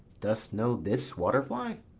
dost know this water-fly?